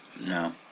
No